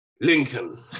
Lincoln